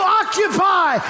occupy